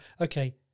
okay